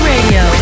Radio